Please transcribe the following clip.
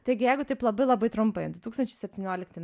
taigi jeigu taip labai labai trumpaidu tūkstančiai septyniolikti